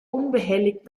unbehelligt